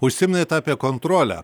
užsiminėte apie kontrolę